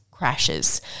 Crashes